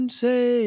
say